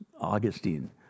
Augustine